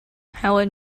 helen